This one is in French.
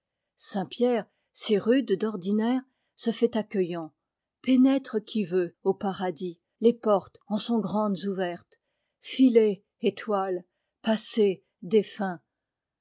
pierre si rude d'ordinaire se fait accueillant pénètre qui veut au paradis les portes en sont grandes ouvertes filez étoiles passez défunts